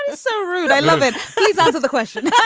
ah so rude. i love it out of the question